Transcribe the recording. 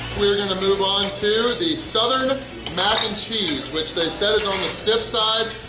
we're going to move on to the southern mac and cheese which they said is on the stiff side.